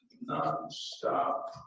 non-stop